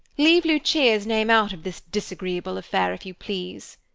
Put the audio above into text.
leave lucia's name out of this disagreeable affair, if you please.